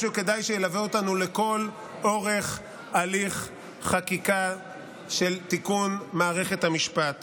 לחבריי באופוזיציה כבר הודיתי על הדברים החמים בעד עילת הסבירות